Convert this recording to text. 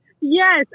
Yes